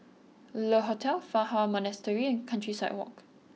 Le Hotel Fa Hua Monastery and Countryside Walk